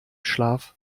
schlaf